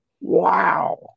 wow